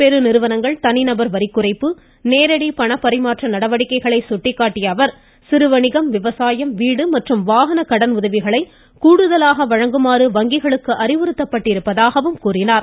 பெருநிறுவனங்கள் தனிநபர் வரிகுறைப்பு நேரடி பணப்பரிமாற்ற நடவடிக்கைகளை சுட்டிக்காட்டிய அவர் சிறுவணிகம் விவசாயம் வீடு மற்றும் வாகனக்கடன் உதவிகளை கூடுதலாக வழங்க வங்கிகளுக்கு அறிவுறுத்தப்பட்டிருப்பதாக கூறினார்